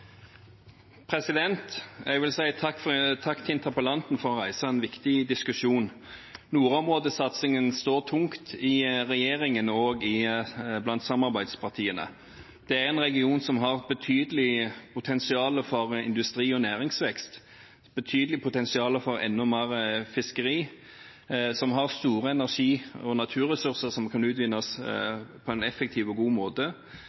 centimeter. Jeg vil si takk til interpellanten for å reise en viktig diskusjon. Nordområdesatsingen står tungt i regjeringen og blant samarbeidspartiene. Det er en region som har betydelig potensial for industri og næringsvekst, betydelig potensial for enda mer fiskeri, en region som har store energi- og naturressurser som kunne utvinnes på en effektiv og god måte,